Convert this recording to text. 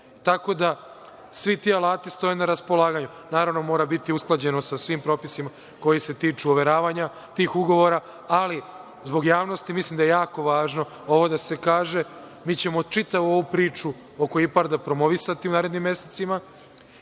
Tako da, svi ti alati stoje na raspolaganju. Naravno, mora biti usklađeno sa svim propisima koji se tiču overavanja tih ugovora. Zbog javnosti mislim da je jako važno ovo da se kaže. Mi ćemo čitavu ovu priču oko IPARD-a promovisati u narednim mesecima